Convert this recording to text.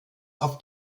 auf